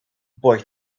boy